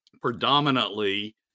predominantly